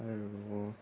আৰু